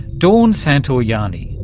dawn santoianni,